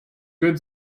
good